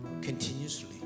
continuously